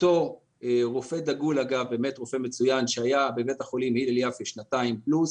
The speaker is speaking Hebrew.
אותו רופא דגול שהיה בבית החולים הילל יפה שנתיים פלוס